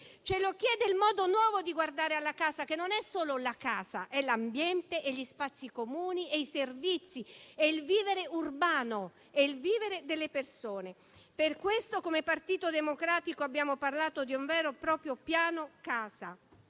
ce lo chiede il modo nuovo di guardare alla casa, che non è solo la casa, ma è l'ambiente, gli spazi comuni, i servizi, il vivere urbano, il vivere delle persone. Per questo come Partito Democratico abbiamo parlato di un vero e proprio piano casa: